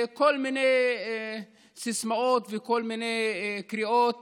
כל מיני סיסמאות וכל מיני קריאות